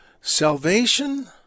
Salvation